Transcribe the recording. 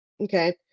okay